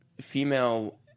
female